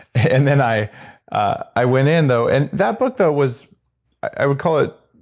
and then, i i went in though and that book though was i would call it,